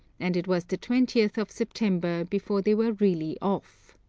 and it was the twentieth of september before they were really off.